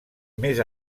més